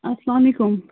اسلامُ علیکُم